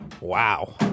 Wow